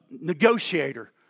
negotiator